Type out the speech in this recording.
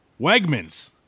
Wegmans